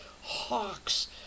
hawks